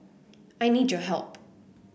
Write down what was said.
I need your help